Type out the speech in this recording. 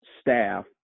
staff